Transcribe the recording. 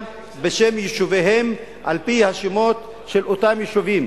ושם יישובם על-פי השמות של אותם יישובים,